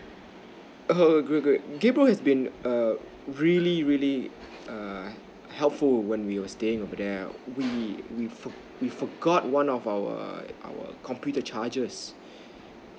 oh great great gabriel has been a really really err helpful when we were staying over there we we for~ we forgot one of our our computer charger